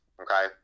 Okay